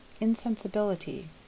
insensibility